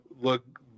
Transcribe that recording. look